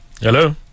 Hello